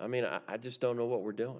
i mean i just don't know what we're doing